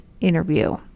interview